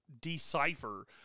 decipher